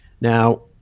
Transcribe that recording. Now